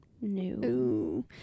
No